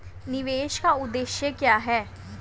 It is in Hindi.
निवेश का उद्देश्य क्या है?